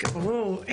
ברור,